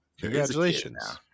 congratulations